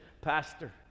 pastor